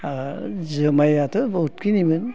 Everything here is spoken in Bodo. आरो जुमायाथ' बहुद खिनिमोन